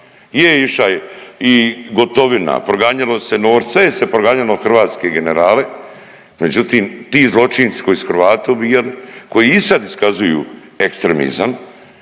Je iša je i Gotovina, proganjalo se Norca, sve se proganjalo hrvatske generale, međutim ti zločinci koji su Hrvate ubijali, koji i sad iskazuju ekstremizam